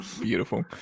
Beautiful